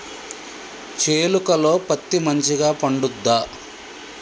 చేలుక లో పత్తి మంచిగా పండుద్దా?